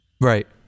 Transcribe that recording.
Right